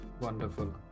Wonderful